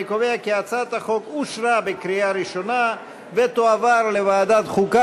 אני קובע כי הצעת החוק אושרה בקריאה ראשונה ותועבר לוועדת החוקה,